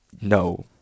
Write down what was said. no